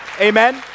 Amen